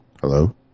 Hello